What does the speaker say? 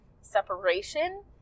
separation